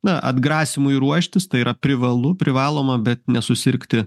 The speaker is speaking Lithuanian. na atgrasymui ruoštis tai yra privalu privaloma bet nesusirgti